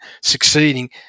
succeeding